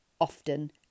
often